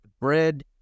bread